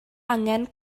angen